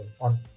on